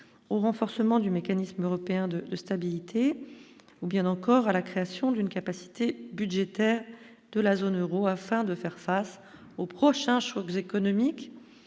au renforcement du mécanisme européen de stabilité ou bien encore à la création d'une capacité budgétaire de la zone Euro, afin de faire face, au prochain choc vous économique